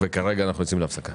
(הישיבה נפסקה